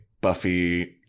Buffy